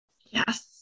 Yes